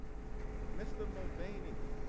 mr. mulvaney,